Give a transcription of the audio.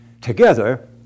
Together